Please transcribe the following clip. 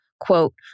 quote